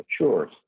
matures